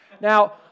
Now